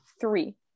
Three